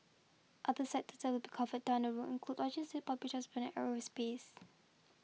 other sectors that be covered down the road include logistics public aerospace